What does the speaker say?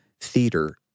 Theater